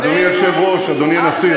אף מדינה לא תסכים ליחסים אתנו לפני סיום הסכסוך.